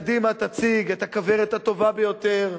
קדימה תציג את הכוורת הטובה ביותר.